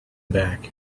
back